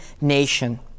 nation